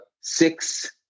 six